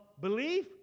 belief